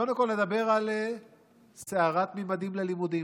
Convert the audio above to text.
קודם כול נדבר על סערת ממדים ללימודים.